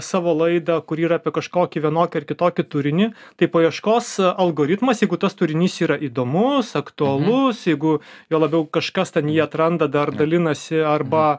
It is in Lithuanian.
savo laidą kuri yra apie kažkokį vienokį ar kitokį turinį tai paieškos algoritmas jeigu tas turinys yra įdomus aktualus jeigu juo labiau kažkas ten jį atranda dar dalinasi arba